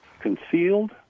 Concealed